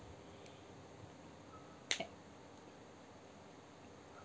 at